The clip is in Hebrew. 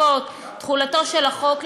תחולתו של החוק,